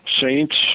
saints